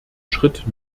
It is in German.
schritt